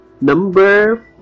Number